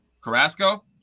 Carrasco